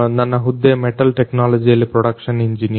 ನನ್ನ ಹುದ್ದೆ ಮೆಟಲ್ ಟೆಕ್ನಾಲಜಿಯಲ್ಲಿ ಪ್ರೊಡಕ್ಷನ್ ಎಂಜಿನಿಯರ್